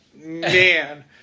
man